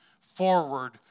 forward